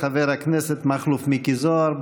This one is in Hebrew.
חבר הכנסת מכלוף מיקי זוהר.